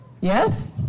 Yes